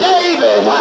David